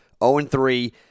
0-3